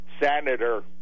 senator